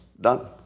Done